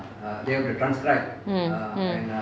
mm mm